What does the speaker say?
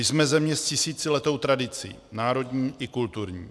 Jsme země s tisíciletou tradicí národní i kulturní.